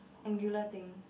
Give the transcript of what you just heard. angular thing